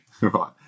right